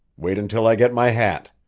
wait until i get my hat.